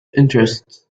interest